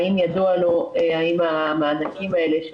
האם ידוע לו האם המענקים האלה,